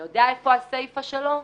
אתה יודע איפה הסיפה שלו?